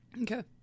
Okay